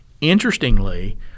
Interestingly